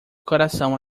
coração